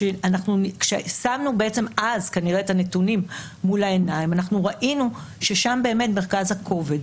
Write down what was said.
כששמנו את הנתונים מול העיניים ראינו ששם נמצא מרכז הכובד.